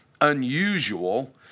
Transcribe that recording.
unusual